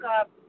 up